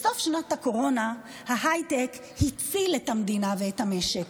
בסוף שנות הקורונה ההייטק הציל את המדינה ואת המשק.